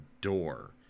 door